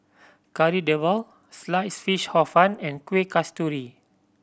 Kari Debal Sliced Fish Hor Fun and Kueh Kasturi